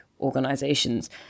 organizations